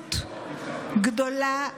אחדות גדולה מאוד.